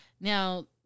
Now